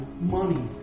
money